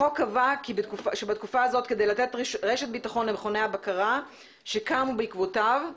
החוק קבע שבתקופה הזו כדי לתת רשת ביטחון למכוני הבקרה שקמו בעקבותיו,